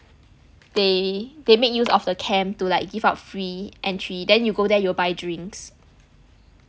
they they made use of the camp to like give out free entry then you go there you will buy drinks